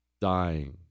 dying